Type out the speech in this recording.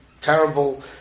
terrible